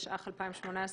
התשע"ח-2018,